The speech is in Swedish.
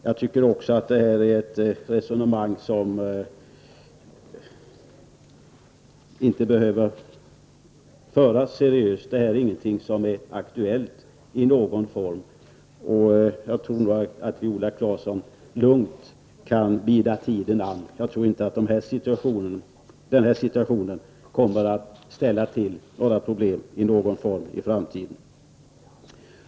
Jag tycker inte heller att ett sådant resonemang behöver föras i en seriös debatt. Detta är inte på något sätt aktuellt, och jag tror att Viola Claesson lugnt kan bida tiden. Jag kan inte tänka mig att vi i detta sammanhang kommer att få några som helst problem i framtiden.